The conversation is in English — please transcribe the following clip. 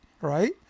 right